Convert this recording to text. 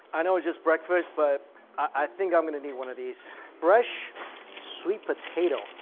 i know it's just breakfast, but i think i'm gonna need one of these fresh sweet potatoes.